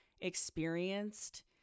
experienced